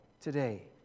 today